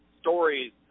stories